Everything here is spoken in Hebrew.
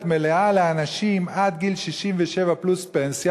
מלאה לאנשים עד גיל 67 פלוס פנסיה,